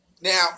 Now